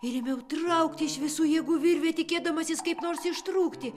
ir ėmiau traukt iš visų jėgų virvę tikėdamasis kaip nors ištrūkti